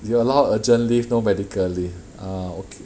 you allow urgent leave no medical leave ah okay